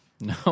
No